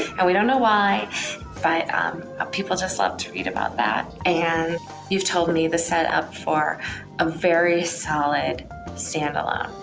and we don't know why but um people just love to read about that, and you've told me the setup for a very solid standalone.